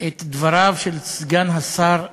את דבריו של סגן השר דהן,